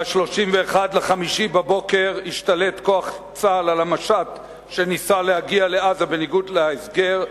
ב-31 במאי בבוקר השתלט כוח צה"ל על המשט שניסה להגיע לעזה בניגוד להסגר.